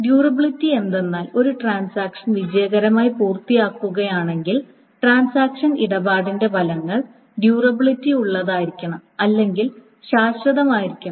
durability എന്തെന്നാൽ ഒരു transaction വിജയകരമായി പൂർത്തിയാക്കുകയാണെങ്കിൽ ട്രാൻസാക്ഷൻ ഇടപാടിന്റെ ഫലങ്ങൾ ഡ്യൂറബിലിറ്റിയുള്ളതായിരിക്കണം അല്ലെങ്കിൽ ശാശ്വതമായിരിക്കണം